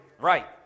right